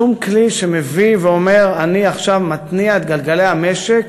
שום כלי שמביא ואומר: אני עכשיו מתניע את גלגלי המשק